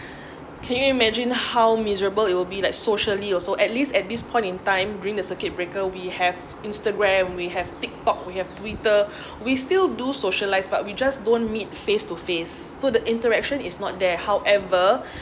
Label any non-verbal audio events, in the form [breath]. can you imagine how miserable it will be like socially also at least at this point in time during the circuit breaker we have instagram we have tiktok we have twitter [breath] we still do socialize but we just don't meet face to face so the interaction is not there however